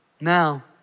Now